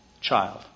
child